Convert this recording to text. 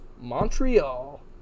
Montreal